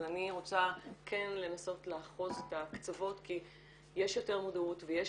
אבל אני רוצה כן לנסות לאחוז את הקצוות כי יש יותר מודעות ויש